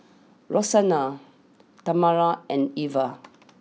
Roxanna Tamala and Eva